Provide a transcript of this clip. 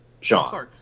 Sean